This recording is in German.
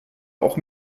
auch